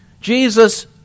Jesus